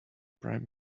prime